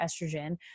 estrogen